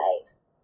lives